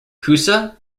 coosa